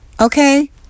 Okay